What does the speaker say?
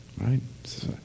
right